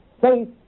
faith